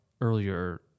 earlier